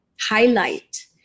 highlight